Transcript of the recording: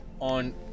on